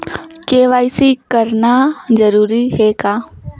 KYC कराना जरूरी है का?